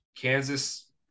Kansas